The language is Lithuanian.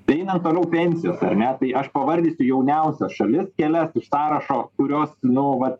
tai einant toliau pensijos ar ne tai aš pavardysiu jauniausias šalis kelias iš sąrašo kurios nu vat